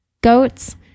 goats